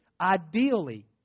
Ideally